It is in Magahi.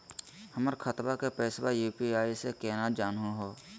हमर खतवा के पैसवा यू.पी.आई स केना जानहु हो?